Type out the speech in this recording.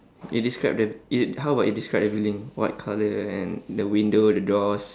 eh describe the how about you describe the building what colour and the window the doors